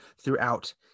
throughout